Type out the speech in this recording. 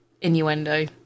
innuendo